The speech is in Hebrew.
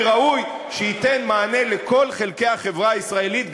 ראוי שייתן מענה לכל חלקי החברה הישראלית,